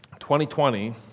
2020